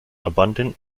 abundant